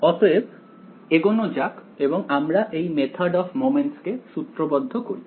অতএব এগোনো যাক এবং আমরা এই মেথদ অফ মমেন্টস কে সূত্রবদ্ধ করি